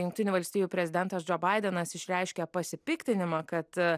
jungtinių valstijų prezidentas džo baidenas išreiškė pasipiktinimą kad